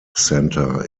centre